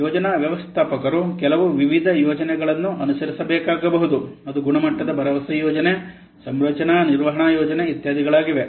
ನಂತರ ಯೋಜನಾ ವ್ಯವಸ್ಥಾಪಕರು ಕೆಲವು ವಿವಿಧ ಯೋಜನೆಗಳನ್ನು ಅನುಸರಿಸಬೇಕಾಗಬಹುದು ಅದು ಗುಣಮಟ್ಟದ ಭರವಸೆ ಯೋಜನೆ ಸಂರಚನಾ ನಿರ್ವಹಣಾ ಯೋಜನೆ ಇತ್ಯಾದಿಗಳಾಗಿವೆ